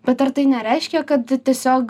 bet ar tai nereiškia kad tiesiog